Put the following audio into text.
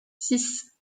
six